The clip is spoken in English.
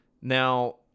Now